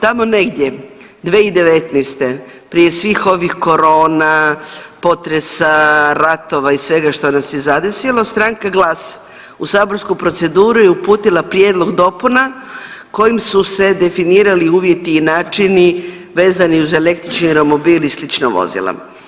Tamo negdje 2019. prije svih ovih korona, potresa, ratova i svega što nas je zadesilo Stranka GLAS u saborsku proceduru je uputila prijedlog dopuna kojim su se definirali uvjeti i načini vezani uz električni romobil i slična vozila.